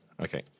okay